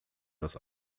das